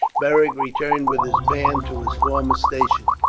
beric returned with his band to his former station.